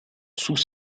sous